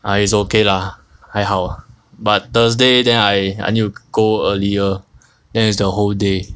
uh is okay lah 还好啊 but thursday then I I need to go earlier then it's the whole day